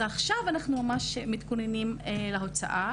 עכשיו אנחנו ממש מתכוננים להוצאה.